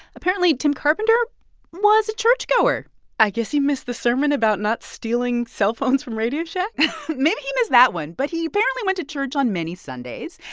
apparently, tim carpenter was a churchgoer i guess he missed the sermon about not stealing cellphones from radio shack maybe he missed that one, but he apparently went to church on many sundays.